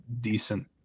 decent